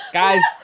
guys